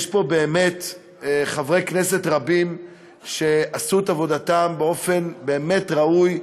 יש פה חברי כנסת רבים שעשו את עבודתם באופן באמת ראוי,